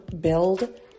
build